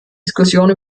diskussion